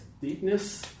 deepness